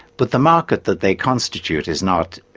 but the market that they constitute is not,